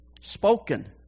Spoken